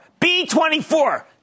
B24